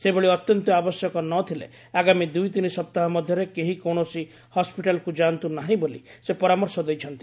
ସେହିଭଳି ଅତ୍ୟନ୍ତ ଆବଶ୍ୟକ ନ ଥିଲେ ଆଗାମୀ ଦୁଇ ତିନି ସପ୍ତାହ ମଧ୍ଧରେ କେହି କୌଣସି ହସ୍ୱିଟାଲ୍କୁ ଯାଆନ୍ତ ନାହି ବୋଲି ସେ ପରାମର୍ଶ ଦେଇଛନ୍ତି